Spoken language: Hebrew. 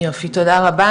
יופי תודה רבה,